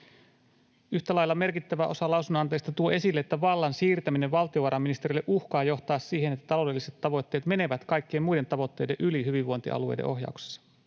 Yhtä lailla merkittävä osa lausunnonantajista tuo esille, että vallan siirtäminen valtiovarainministeriölle uhkaa johtaa siihen, että taloudelliset tavoitteet menevät kaikkien muiden tavoitteiden yli hyvinvointialueiden ohjauksessa.